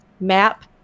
map